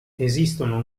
esistono